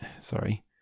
sorry